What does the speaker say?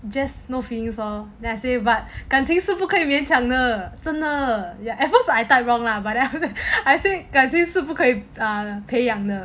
just no feelings lor then I say but 感情是不可以勉强的真的 ya at first I type wrong lah but after that I say 感情是不可以 ah 培养的